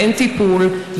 ואין טיפול,